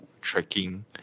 tracking